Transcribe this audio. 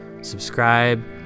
subscribe